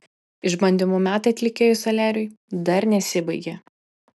išbandymų metai atlikėjui soliariui dar nesibaigė